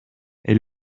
est